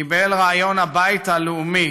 קיבל רעיון הבית הלאומי